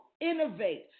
innovate